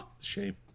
Shame